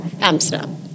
Amsterdam